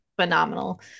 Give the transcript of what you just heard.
phenomenal